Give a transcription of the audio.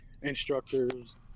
instructors